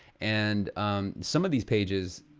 and some of these pages,